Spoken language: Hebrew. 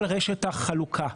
על רשת החלוקה,